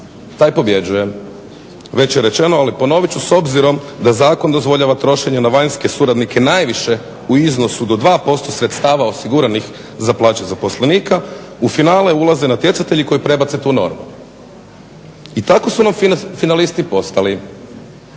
taj pobjeđuje. Već je rečeno, ali ponovit ću, s obzirom da zakon dozvoljava trošenje na vanjske suradnike najviše u iznosu do 2% sredstava osiguranih za plaće zaposlenika u finale ulaze natjecatelji koji prebace tu normu. I tako su nam finalisti postali